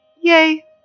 Yay